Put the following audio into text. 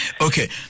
Okay